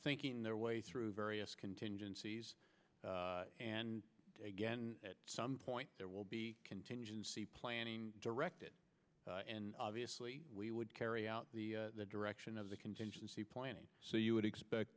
thinking their way through various contingencies and again at some point there will be contingency planning directed and obviously we would carry out the direction of the contingency planning so you would expect